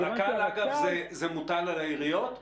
ברכבת הקלה זה מוטל על העיריות?